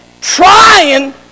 trying